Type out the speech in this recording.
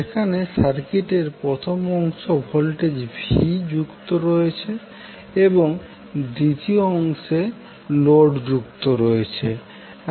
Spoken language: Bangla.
যেখানে সার্কিটের প্রথম অংশে ভোল্টেজ V সংযুক্ত রয়েছে এবং দ্বিতীয় অংশে লোড যুক্ত রয়েছে